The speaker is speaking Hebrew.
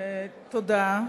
תודה.